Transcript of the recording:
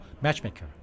matchmaker